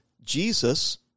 Jesus